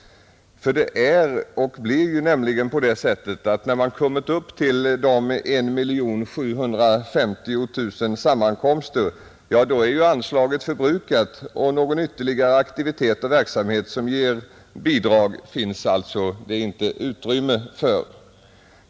Det är och blir nämligen på det sättet att när man kommit upp till I 750 000 sammankomster är anslaget förbrukat, och någon ytterligare aktivitet och verksamhet som ger bidrag finns det alltså inte utrymme för.